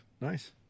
Nice